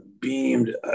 beamed